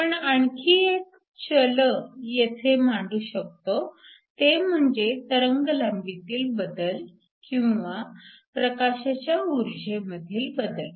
आपण आणखी एक चल येथे मांडू शकतो ते म्हणजे तरंगलांबीतील बदल किंवा प्रकाशाच्या उर्जेमधील बदल